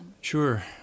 Sure